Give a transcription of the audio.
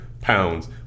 pounds